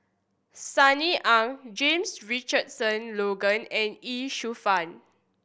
Sunny Ang James Richardson Logan and Ye Shufang